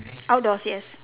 outdoors yes